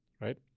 right